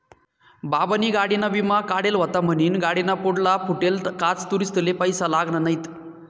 बाबानी गाडीना विमा काढेल व्हता म्हनीन गाडीना पुढला फुटेल काच दुरुस्तीले पैसा लागना नैत